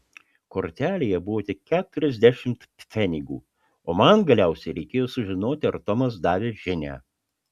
kortelėje buvo tik keturiasdešimt pfenigų o man galiausiai reikėjo sužinoti ar tomas davė žinią